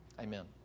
Amen